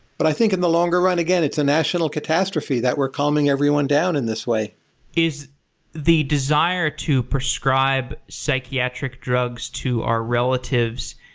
but i think, in the longer run, again, it's a national catastrophe that we're calming everyone down in this way is the desire to prescribe psychiatric drugs to our relatives,